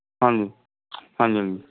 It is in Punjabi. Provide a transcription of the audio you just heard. ਹਾਂਜੀ ਹਾਂਜੀ ਹਾਂਜੀ